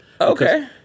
Okay